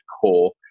core